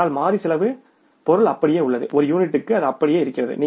ஆனால் மாறி செலவு உள்ளது ஒரு அலகிற்கு அது அப்படியே இருக்கிறது